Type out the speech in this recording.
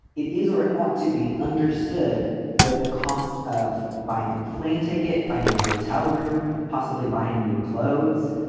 it is or ah ought to be understood that the cost of buying a plane ticket, finding a hotel room, possibly buying new clothes